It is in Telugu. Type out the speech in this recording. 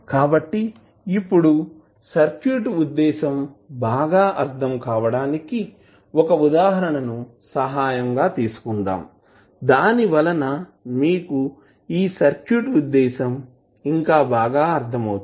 కాబట్టి ఇప్పుడు సర్క్యూట్ ఉద్దేశం బాగా అర్ధం కావడానికి ఒక ఉదాహరణ సహాయం తీసుకుందాము దాని వలన మీకు ఈ సర్క్యూట్ ఉద్దేశం ఇంకా బాగా అర్ధం అవుతుంది